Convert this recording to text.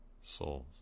souls